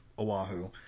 Oahu